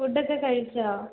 ഫുഡൊക്കെ കഴിച്ചോ